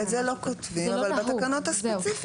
את זה לא כותבים אבל בתקנות הספציפיות,